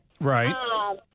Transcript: Right